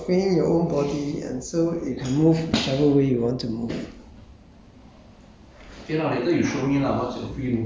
it's basically about free movement lah it's about freeing your freeing your whole body and so it can move whichever way you want to move